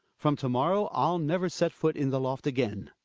from to-morrow, i'll never set foot in the loft again.